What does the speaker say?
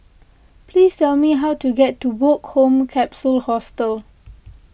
please tell me how to get to Woke Home Capsule Hostel